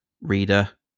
Reader